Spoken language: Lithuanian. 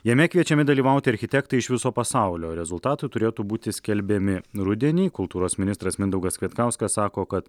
jame kviečiami dalyvauti architektai iš viso pasaulio rezultatai turėtų būti skelbiami rudenį kultūros ministras mindaugas kvietkauskas sako kad